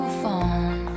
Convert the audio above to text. phone